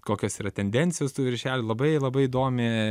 kokios yra tendencijos tų viršelų labai labai įdomi